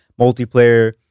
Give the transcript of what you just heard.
multiplayer